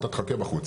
אתה תחכה בחוץ.